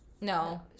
No